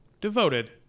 devoted